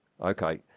Okay